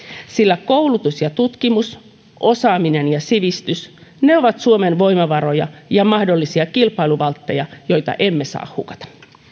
sillä koulutus ja tutkimus osaaminen ja sivistys ne ovat suomen voimavaroja ja mahdollisia kilpailuvaltteja joita emme saa hukata